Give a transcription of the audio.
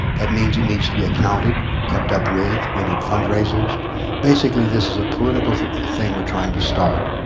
that means it needs to be accounted, kept up with, we need fundraisers basically this is a political thing we're trying to start.